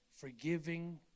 forgiving